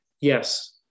Yes